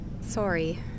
Sorry